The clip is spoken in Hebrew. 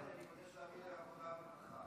מבקש להעביר לעבודה ורווחה.